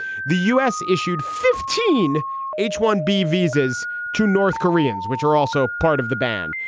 the u s. issued fifteen h one b visas to north koreans, which are also part of the ban.